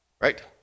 Right